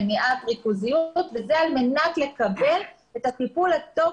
מניעת ריכוזיות וזה על מנת לקבל את הטיפול הטוב